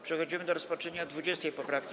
Przechodzimy do rozpatrzenia 20. poprawki.